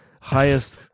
highest